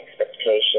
expectation